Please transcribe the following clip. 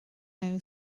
nhw